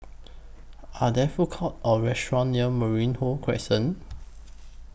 Are There Food Courts Or restaurants near Merino Crescent